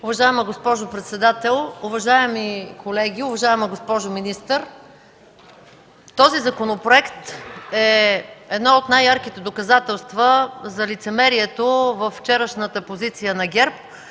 Уважаема госпожо председател, уважаеми колеги, уважаема госпожо министър! Този законопроект е едно от най-ярките доказателства за лицемерието във вчерашната позиция на ГЕРБ,